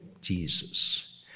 Jesus